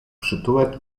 przytułek